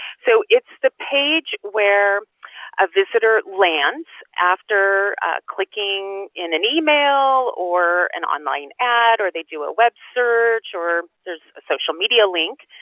so it's the page where a visitor lands after clicking in an email or an online ad or they do a web search or there's a social media link.